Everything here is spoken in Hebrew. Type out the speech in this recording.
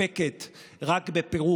אז הפעילו היום פעמיים,